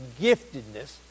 giftedness